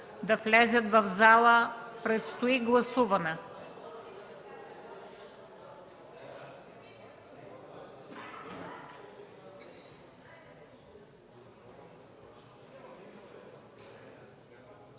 да влязат в залата, предстои гласуване!